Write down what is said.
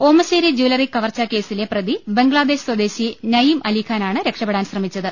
ഓമ ശ്ശേരി jewellery കവർച്ചാ കേസിലെ പ്രതി ബംഗ്ലാദേശ് സ്വദേശി നഈം അലിഖാനാണ് രക്ഷപ്പെടാൻ ശ്രമിച്ചത്